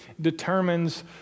determines